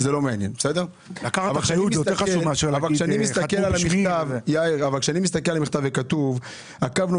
מסתכל על המכתב ורואה שכתוב בו כך: "עקבנו